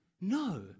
No